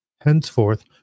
Henceforth